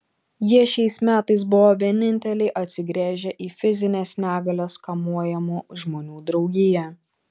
jie šiais metais buvo vieninteliai atsigręžę į fizinės negalios kamuojamų žmonių draugiją